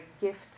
gift